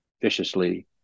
viciously